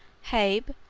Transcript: hebe,